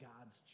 God's